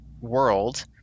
world